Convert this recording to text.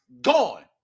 gone